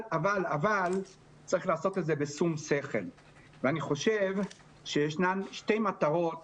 אבל צריך לעשות את זה בשום שכל ואני חושב שיש שתי מטרות